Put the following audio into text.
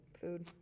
food